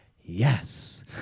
yes